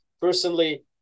personally